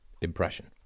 impression